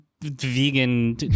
vegan